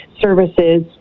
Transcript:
services